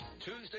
Tuesday